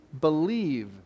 believe